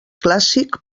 clàssic